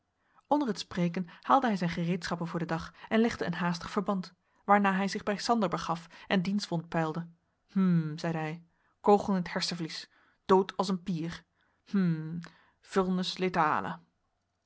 onder het spreken haalde hij zijn gereedschappen voor den dag en legde een haastig verband waarna hij zich bij sander begaf en diens wond peilde hm zeide hij kogel in t hersenvlies dood als een pier hm